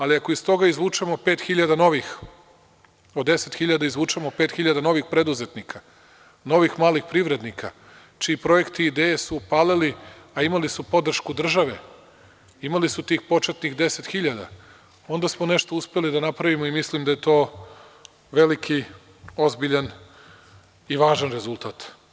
Ali, ako iz toga izvučemo, ako od deset hiljada izvučemo pet hiljada novih preduzetnika, novih malih privrednika, čiji su projekti i ideje upalili, a imali su podršku države, imali su tih početnih deset hiljada, onda smo nešto uspeli da napravimo i mislim da je to veliki, ozbiljan i važan rezultat.